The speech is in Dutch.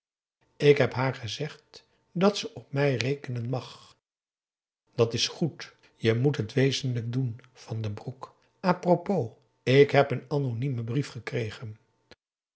ik heb haar gezegd dat ze op mij rekenen mag dat is goed je moet het wezenlijk doen van den broek apropos ik heb een anoniemen brief gekregen